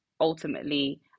ultimately